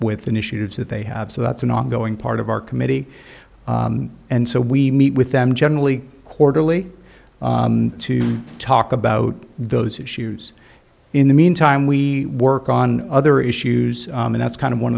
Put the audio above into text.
with the issues that they have so that's an ongoing part of our committee and so we meet with them generally quarterly to talk about those issues in the meantime we work on other issues and that's kind o